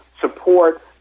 support